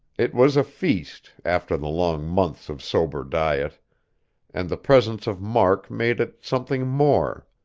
it was a feast, after the long months of sober diet and the presence of mark made it something more.